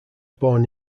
born